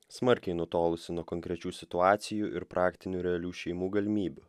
smarkiai nutolusį nuo konkrečių situacijų ir praktinių realių šeimų galimybių